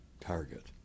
Target